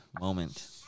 moment